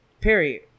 Period